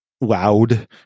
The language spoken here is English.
loud